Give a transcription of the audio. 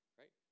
right